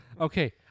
Okay